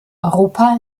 europa